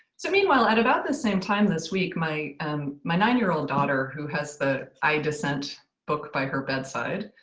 so meanwhile, at about the same time this week, my um my nine year old daughter, who has the i dissent book by her bedside,